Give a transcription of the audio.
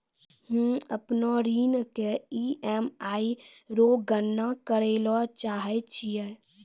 हम्म अपनो ऋण के ई.एम.आई रो गणना करैलै चाहै छियै